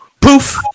poof